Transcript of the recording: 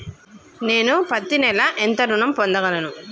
నేను పత్తి నెల ఎంత ఋణం పొందగలను?